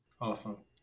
Awesome